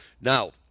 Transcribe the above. Now